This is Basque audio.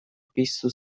piztu